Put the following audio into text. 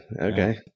Okay